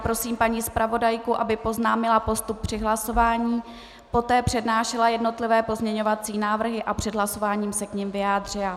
Prosím paní zpravodajku, aby oznámila postup při hlasování, poté přednášela jednotlivé pozměňovací návrhy a před hlasováním se k nim vyjádřila.